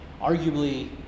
Arguably